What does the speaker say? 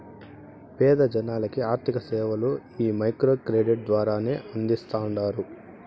పేద జనాలకి ఆర్థిక సేవలు ఈ మైక్రో క్రెడిట్ ద్వారానే అందిస్తాండారు